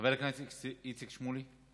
חבר הכנסת איציק שמולי.